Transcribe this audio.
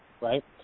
right